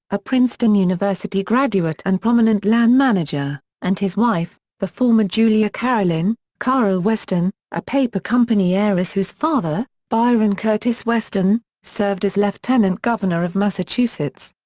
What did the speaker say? a princeton university graduate and prominent land manager, and his wife, the former julia carolyn ah weston, a paper-company heiress whose father, byron curtis weston, served as lieutenant governor of massachusetts.